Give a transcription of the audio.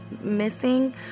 missing